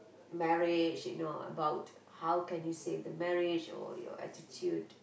marriage you know about how can you save the marriage or your attitude